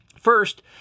First